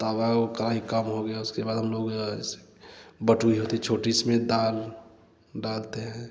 तवाओं का ही काम हो गया उसके बाद हम लोग बतवी होती छोटी सी जिसमें दाल डालते हैं